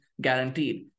guaranteed